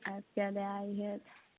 आजकल